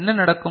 என்ன நடக்கும்